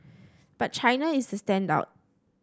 but China is the standout